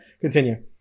continue